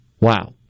Wow